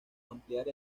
ampliar